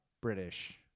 British